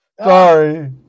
Sorry